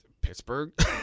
Pittsburgh